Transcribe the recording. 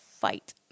fight